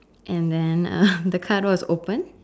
and then uh the car door is open